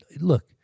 look